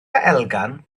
elgan